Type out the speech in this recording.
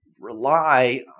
rely